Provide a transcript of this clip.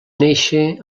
néixer